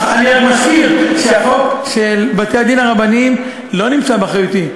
אני רק מזכיר שהחוק של בתי-הדין הרבניים לא נמצא באחריותי,